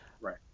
Right